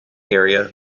area